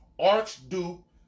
Archduke